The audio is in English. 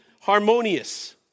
harmonious